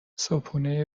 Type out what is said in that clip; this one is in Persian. صبحونه